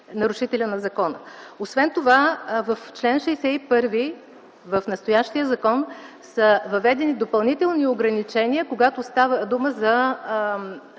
нарушителят на закона. В чл. 61 в настоящия закон са въведени допълнителни ограничения, когато става дума за